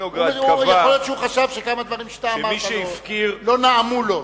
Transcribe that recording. יכול להיות שהוא חשב שכמה דברים שאתה אמרת לא נעמו לו.